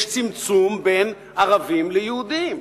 יש צמצום בין ערבים ליהודים?